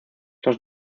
los